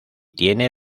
tiene